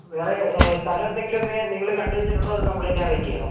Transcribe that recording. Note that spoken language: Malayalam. വേറെ സ്ഥലെന്തെങ്കിലും ഒക്കെ നിങ്ങൾ കണ്ടുവെച്ചിട്ടുണ്ടോ അതോ നമ്മൾ തന്നെ അറേഞ്ച് ചെയ്യാണോ